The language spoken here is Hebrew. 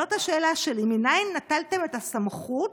זאת השאלה שלי: מנין נטלתם את הסמכות